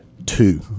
two